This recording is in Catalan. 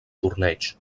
torneigs